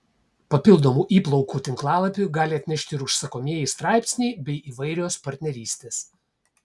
papildomų įplaukų tinklalapiui gali atnešti ir užsakomieji straipsniai bei įvairios partnerystės